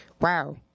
wow